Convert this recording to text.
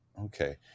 Okay